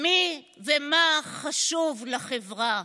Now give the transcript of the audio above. מי ומה חשוב לחברה.